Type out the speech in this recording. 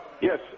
Yes